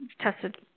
tested